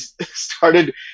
started